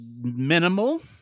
minimal